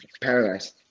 paradise